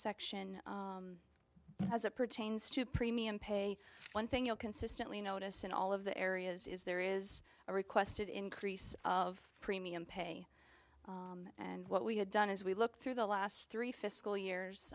section as it pertains to premium pay one thing you'll consistently notice in all of the areas is there is a requested increase of premium pay and what we have done is we look through the last three fiscal years